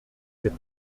sept